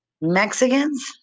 Mexicans